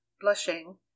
blushing